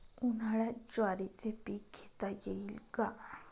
उन्हाळ्यात ज्वारीचे पीक घेता येईल का?